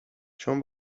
چون